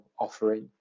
offering